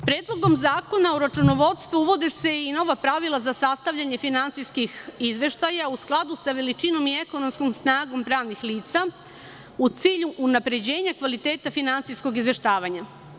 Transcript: Predlogom zakona o računovodstvu, uvode se i nova pravila za sastavljanje finansijskih izveštaja, u skladu sa veličinom i ekonomskom snagom pravnih lica, u cilju unapređenja kvaliteta finansijskog izveštavanja.